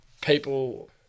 people